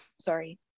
sorry